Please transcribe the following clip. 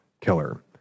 killer